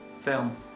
film